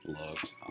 loved